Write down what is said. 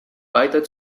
weiter